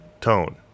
tone